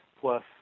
plus